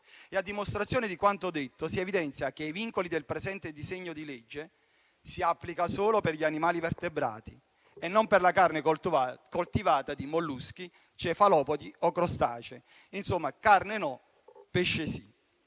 A dimostrazione di quanto detto, si evidenzia che i vincoli del presente disegno di legge si applicano solo per gli animali vertebrati e non per la carne coltivata di molluschi, cefalopodi o crostacei. Insomma, carne no, pesce sì.